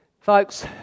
folks